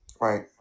Right